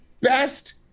best